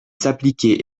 s’appliquer